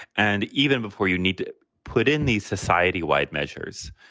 and even before you need to put in these society wide measures,